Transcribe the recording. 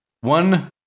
one